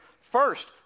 first